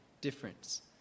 difference